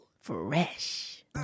Fresh